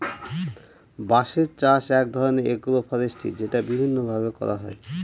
বাঁশের চাষ এক ধরনের এগ্রো ফরেষ্ট্রী যেটা বিভিন্ন ভাবে করা হয়